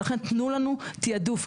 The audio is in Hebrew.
ולכן תנו לנו תעדוף.